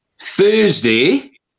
Thursday